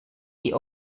die